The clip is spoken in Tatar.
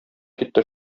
китте